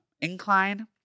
incline